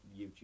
YouTube